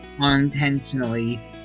unintentionally